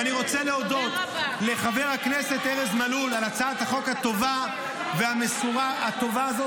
ואני רוצה להודות לחבר הכנסת ארז מלול על הצעת החוק הטובה והמסורה הזאת,